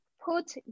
Put